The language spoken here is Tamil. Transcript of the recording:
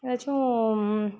ஏதாச்சும்